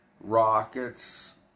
rockets